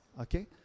Okay